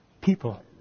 People